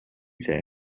say